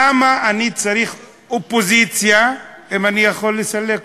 למה אני צריך אופוזיציה אם אני יכול לסלק אותה?